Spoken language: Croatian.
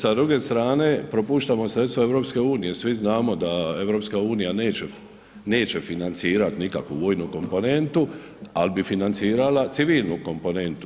Sa druge strane, propuštamo sredstva EU-a, svi znamo da EU neće financirati nikakvu vojnu komponentu ali bi financirala civilnu komponentu.